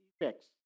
effects